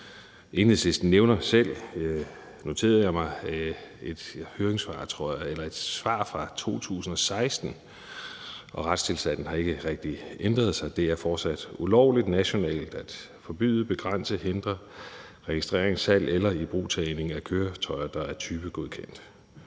noterede jeg mig, et svar fra 2016, og retstilstanden har ikke rigtig ændret sig; det er fortsat ulovligt på nationalt plan at forbyde, begrænse eller hindre registrering, salg og ibrugtagning af køretøjer, der er typegodkendt.